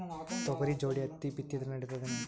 ತೊಗರಿ ಜೋಡಿ ಹತ್ತಿ ಬಿತ್ತಿದ್ರ ನಡಿತದೇನು?